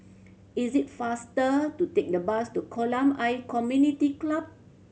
is it faster to take the bus to Kolam Ayer Community Club